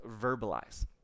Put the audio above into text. verbalize